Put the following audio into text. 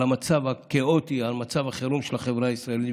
על המצב הכאוטי, על מצב החירום של החברה הישראלית.